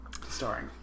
Starring